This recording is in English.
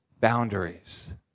boundaries